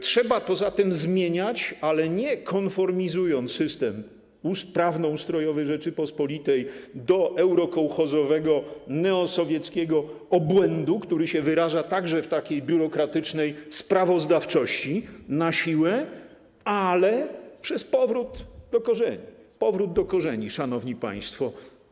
Trzeba poza tym zmieniać, ale nie konformizując systemu prawnoustrojowego Rzeczypospolitej do eurokołchozowego, neosowieckiego obłędu, który się wyraża także w takiej biurokratycznej sprawozdawczości na siłę, ale przez powrót do korzeni, szanowni państwo.